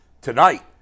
Tonight